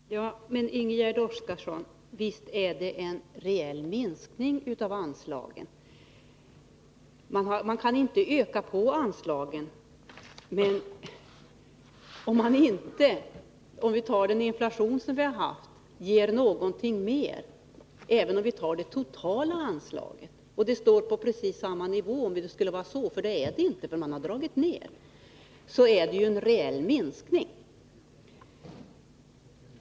Herr talman! Men, Ingegärd Oskarsson, visst är det fråga om en reell minskning av anslagen. Det sägs att man inte kan öka anslagen, men om man utan att ta hänsyn till den inflation vi har haft låter det totala anslaget stå på precis samma nivå som tidigare — så är det nu inte, utan man har dragit ned på detta — så har det ju skett en reell minskning.